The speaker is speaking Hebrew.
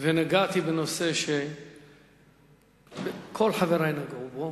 נגעתי בנושא שכל חברי נגעו בו